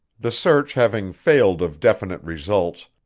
the search having failed of definite results,